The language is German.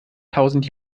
tausend